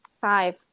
Five